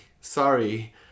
sorry